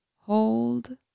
hold